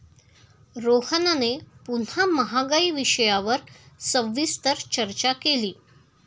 रोहनने पुन्हा महागाई विषयावर सविस्तर चर्चा केली